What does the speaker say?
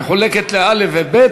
מחולקת לא' וב',